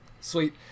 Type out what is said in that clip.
sweet